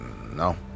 No